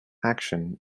action